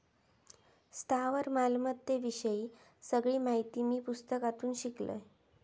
स्थावर मालमत्ते विषयी सगळी माहिती मी पुस्तकातून शिकलंय